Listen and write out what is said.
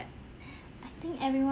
I think everyone